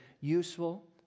useful